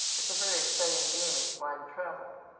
it's a very exciting game, is blind travel.